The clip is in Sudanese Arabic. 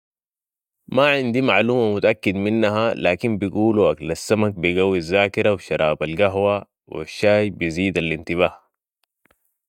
ما عندي معلومة متاكد منها لكن بيقولوا اكل السمك بيقوي الزاكرة و شراب القهوة و الشاي بيزيد الإنتباه